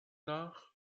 nach